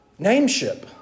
nameship